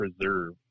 preserve